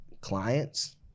clients